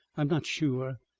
i am not sure.